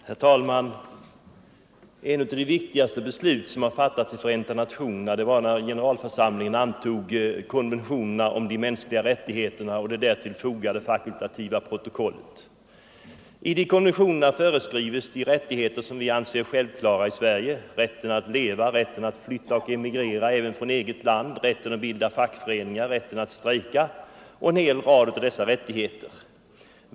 Herr talman! Ett av de viktigaste beslut som fattats i Förenta nationerna var när generalförsamlingen antog konventionen om de mänskliga rättigheterna och det därtill fogade fakultativa protokollet. I den konventionen föreskrivs de rättigheter som vi anser självklara i Sverige: rätten att leva, rätten att flytta och emigrera även från eget land, rätten att bilda fackföreningar, rätten att strejka och en hel rad andra rättigheter.